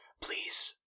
Please